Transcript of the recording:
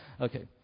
Okay